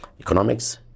economics